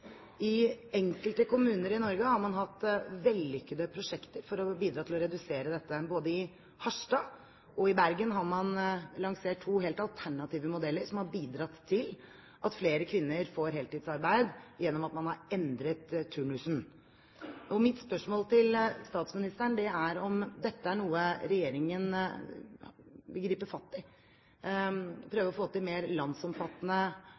I enkelte kommuner i Norge har man hatt vellykkede prosjekter for å bidra til å redusere dette. Både i Harstad og i Bergen har man lansert to helt alternative modeller som har bidratt til at flere kvinner får heltidsarbeid gjennom at man har endret turnusen. Mitt spørsmål til statsministeren er om dette er noe regjeringen vil gripe fatt i og prøve å få til mer landsomfattende